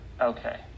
Okay